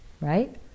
right